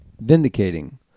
Vindicating